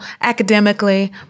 academically